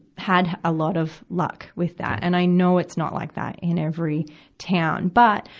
had a lot of luck with that. and i know it's not like that in every town. but,